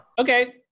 Okay